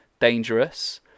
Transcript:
dangerous